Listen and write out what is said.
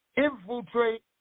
infiltrate